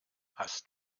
hast